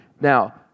Now